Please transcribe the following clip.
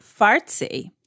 Fartsy